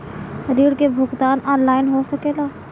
ऋण के भुगतान ऑनलाइन हो सकेला?